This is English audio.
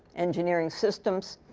engineering systems.